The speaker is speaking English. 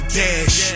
dash